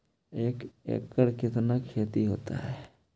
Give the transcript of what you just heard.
एक एकड़ कितना खेति होता है?